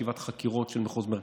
ישיבת חקירות של מחוז מרכז.